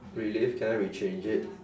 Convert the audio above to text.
really can I rechange it